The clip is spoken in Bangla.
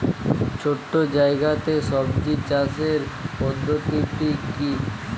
ছোট্ট জায়গাতে সবজি চাষের পদ্ধতিটি কী?